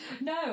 No